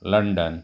London